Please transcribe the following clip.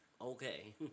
Okay